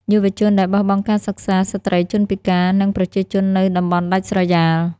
យុវជនដែលបោះបង់ការសិក្សា ស្ត្រី ជនពិការ និងប្រជាជននៅតំបន់ដាច់ស្រយាល។